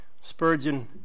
Spurgeon